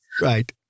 Right